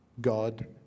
God